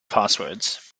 passwords